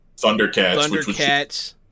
Thundercats